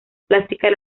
plásticas